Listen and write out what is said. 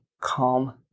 Calm